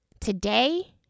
Today